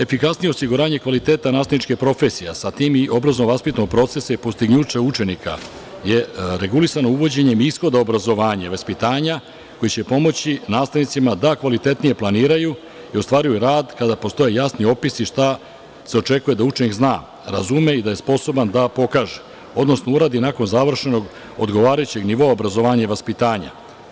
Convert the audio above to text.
Efikasnije osiguranje kvaliteta nastavničke profesije, a sa tim i obrazovno-vaspitnog procesa i postignuća učenika je regulisano uvođenjem ishoda obrazovanja i vaspitanja koje će pomoći nastavnicima da kvalitetnije planiraju i ostvaruju rad kada postoje jasni opisi šta se očekuje da učenik zna, razume i da je sposoban da pokaže, odnosno uradi nakon završenog odgovarajućeg nivoa obrazovanja i vaspitanja.